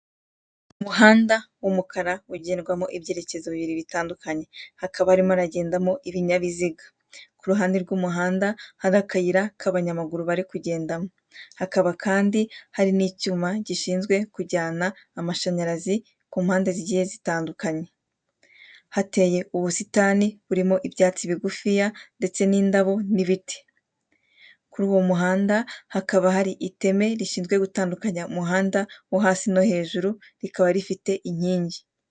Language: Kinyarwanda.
Umuhanda w'umukara ugendwamo ibyerekezo bibiri bitandukanye. Hakaba harimo haragendamo ibinyabiziga. Ku ruhande rw'umuhanda hari akayira k'abanyamaguru barimo kugendamo. Hakaba kandi hari n'icyuma gishinzwe kujyana amashanyarazi ku mpande zigiye zitandukanye. Hateye ubusitani burimo ibyatsi bigufiya ndetse n'indabo n'ibiti. Kuri uwo muhanda hakaba hari iteme rishinzwe gutandukanya umuhanda wo hasi no hejuru rikaba rifite inkingi.